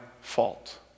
fault